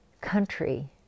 country